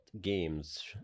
games